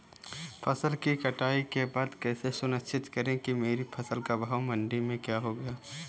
फसल की कटाई के बाद कैसे सुनिश्चित करें कि मेरी फसल का भाव मंडी में क्या होगा?